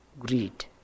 greed